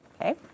Okay